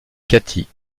katie